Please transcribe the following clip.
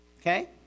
Okay